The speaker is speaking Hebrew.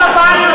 כמה פעמים,